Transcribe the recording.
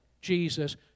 Jesus